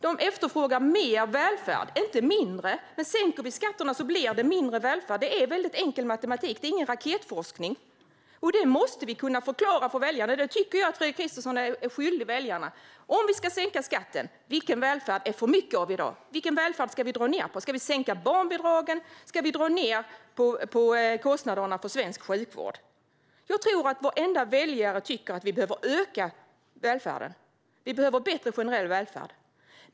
De efterfrågar mer välfärd, inte mindre. Sänker vi skatterna blir det mindre välfärd. Det är väldigt enkel matematik. Det är inte någon raketforskning. Det måste vi kunna förklara för väljarna. Det tycker jag att Fredrik Christensson är skyldig väljarna. Om vi ska sänka skatten: Vilken välfärd är det för mycket av i dag? Vilken välfärd ska vi dra ned på? Ska vi sänka barnbidragen? Ska vi dra ned på kostnaderna för svensk sjukvård? Jag tror att varenda väljare tycker att vi behöver öka välfärden. Vi behöver bättre generell välfärd.